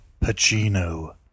Pacino